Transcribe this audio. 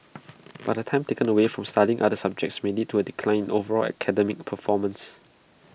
but the time taken away from studying other subjects may lead to A decline in overall academic performance